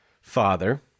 father